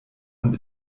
und